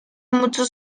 muchos